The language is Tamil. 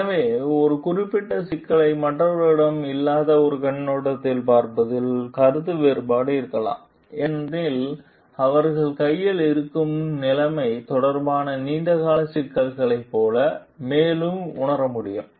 எனவே ஒரு குறிப்பிட்ட சிக்கலை மற்றவர்களிடம் இல்லாத ஒரு கண்ணோட்டத்தில் பார்ப்பதில் கருத்து வேறுபாடு இருக்கலாம் ஏனெனில் அவர்கள் கையில் இருக்கும் நிலைமை தொடர்பான நீண்ட கால சிக்கல்களைப் போல மேலும் உணர முடியும்